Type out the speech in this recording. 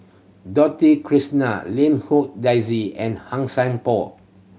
Krishnan Lim Hong Daisy and Han Sai Por